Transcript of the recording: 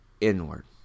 inward